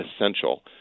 essential